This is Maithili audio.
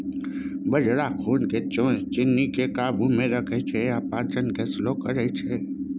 बजरा खुन मे चीन्नीकेँ काबू मे रखै छै आ पाचन केँ स्लो करय छै